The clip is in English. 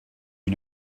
you